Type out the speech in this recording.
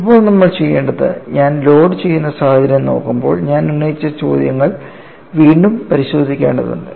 ഇപ്പോൾ നമ്മൾ ചെയ്യേണ്ടത് ഞാൻ ലോഡ് ചെയ്യുന്ന സാഹചര്യം നോക്കുമ്പോൾ ഞാൻ ഉന്നയിച്ച ചോദ്യങ്ങൾ വീണ്ടും പരിശോധിക്കേണ്ടതുണ്ട്